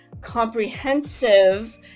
comprehensive